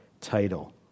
title